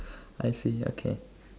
I see okay